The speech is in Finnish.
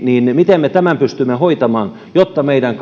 niin miten me tämän pystymme hoitamaan jotta meidän